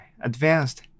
advanced